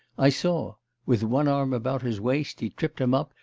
i saw with one arm about his waist, he tripped him up,